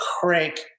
crank